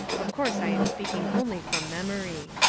of course i am speaking only from memory.